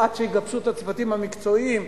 עד שיגבשו את הצוותים המקצועיים,